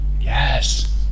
Yes